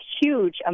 huge